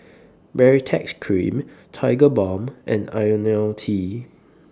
Baritex Cream Tigerbalm and Ionil T